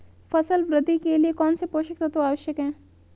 फसल वृद्धि के लिए कौनसे पोषक तत्व आवश्यक हैं?